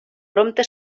prompte